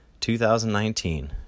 2019